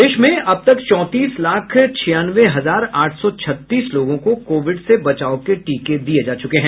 प्रदेश में अब तक चौंतीस लाख छियानवे हजार आठ सौ छत्तीस लोगों को कोविड से बचाव के टीके दिये गये हैं